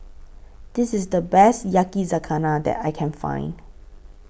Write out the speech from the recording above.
This IS The Best Yakizakana that I Can Find